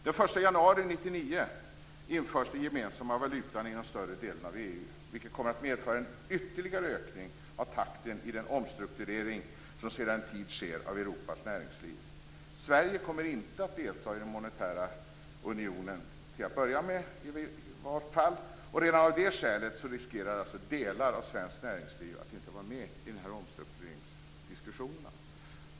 Den 1 januari 1999 införs den gemensamma valutan inom större delen av EU. Det kommer att medföra en ytterligare ökning av takten i den omstrukturering av Europas näringsliv som sedan en tid sker. Sverige kommer inte att delta i den monetära unionen, till att börja med i alla fall. Redan av det skälet riskerar delar av svenskt näringsliv att inte vara med i den här omstrukteringsdiskussionen.